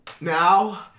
Now